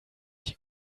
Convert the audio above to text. die